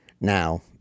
Now